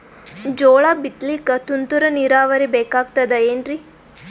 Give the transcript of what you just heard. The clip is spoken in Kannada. ಜೋಳ ಬಿತಲಿಕ ತುಂತುರ ನೀರಾವರಿ ಬೇಕಾಗತದ ಏನ್ರೀ?